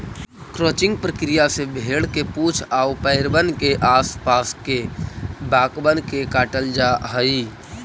crutching प्रक्रिया से भेंड़ के पूछ आउ पैरबन के आस पास के बाकबन के काटल जा हई